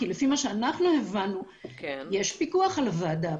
כי לפי מה שאנחנו הבנו יש פיקוח על הוועדה הפנימית,